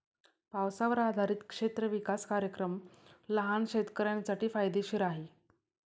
पावसावर आधारित क्षेत्र विकास कार्यक्रम लहान शेतकऱ्यांसाठी फायदेशीर आहे